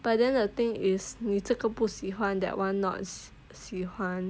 but then the thing is 你这不喜欢 that [one] not 喜欢